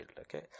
okay